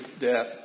death